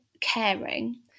caring